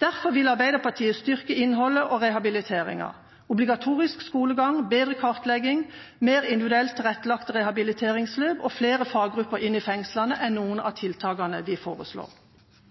Derfor vil Arbeiderpartiet styrke innholdet og rehabiliteringen. Obligatorisk skolegang, bedre kartlegging, mer individuelt tilrettelagte rehabiliteringsløp og flere faggrupper inn i fengslene er noen av tiltakene vi foreslår.